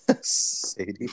Sadie